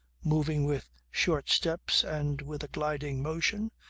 moving with short steps and with a gliding motion,